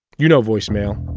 you know voicemail.